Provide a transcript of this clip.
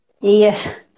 yes